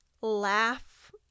laugh